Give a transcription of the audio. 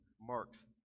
marks